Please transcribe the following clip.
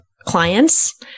clients